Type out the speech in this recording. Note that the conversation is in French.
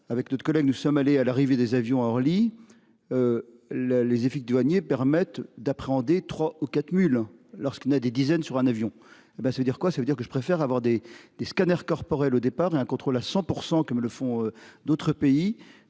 avec notre collègue nous sommes allés à l'arrivée des avions à Orly. Le les Efic douaniers, permettent d'appréhender trois ou quatre mules lorsqu'on a des dizaines sur un avion. Et ben ça veut dire quoi ça veut dire que je préfère avoir des, des scanners corporels au départ un contrôle à 100% comme le font d'autres pays